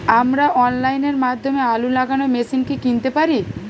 আমরা অনলাইনের মাধ্যমে আলু লাগানো মেশিন কি কিনতে পারি?